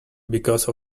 because